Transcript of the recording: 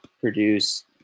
produce